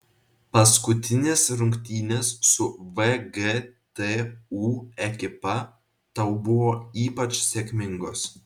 paskutinės rungtynės su vgtu ekipa tau buvo ypač sėkmingos